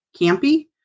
campy